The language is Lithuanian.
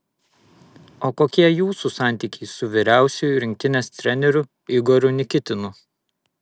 o kokie jūsų santykiai su vyriausiuoju rinktinės treneriu igoriu nikitinu